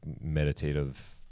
meditative